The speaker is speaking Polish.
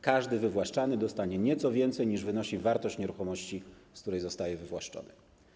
Każdy wywłaszczany dostanie nieco więcej, niż wynosi wartość nieruchomości, z której zostaje wywłaszczony.